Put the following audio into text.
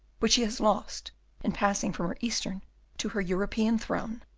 which she has lost in passing from her eastern to her european throne,